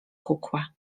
kukłę